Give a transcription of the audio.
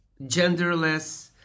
genderless